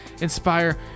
inspire